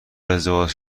ازدواج